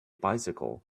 bicycle